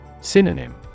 Synonym